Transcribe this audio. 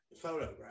photograph